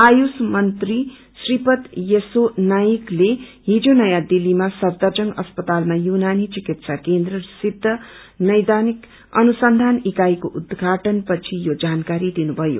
आयुष मन्त्री श्रीपद येसो नाइकले हिजो नयाँ दिल्लीको सफदरजंग अस्पतालमा युनानी चिकित्सा केन्द्र र सिद्ध नैदानिक अनुसंधान इकाईको उद्घाटन पछि ो जानकारी दिनुभयो